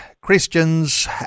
Christians